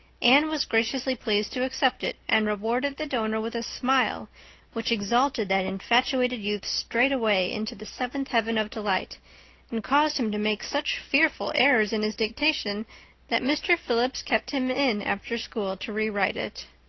anne was graciously pleased to accept it and rewarded the donor with a smile which exalted that infatuated youth straightway into the seventh heaven of delight and caused him to make such fearful errors in his dictation that mr. phillips kept him in after school to rewrite it.